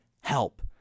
help